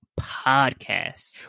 Podcast